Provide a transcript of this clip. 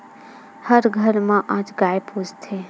हर घर म आज गाय पोसथे